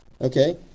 okay